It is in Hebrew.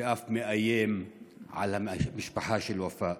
ואף מאיים על המשפחה של ופאא.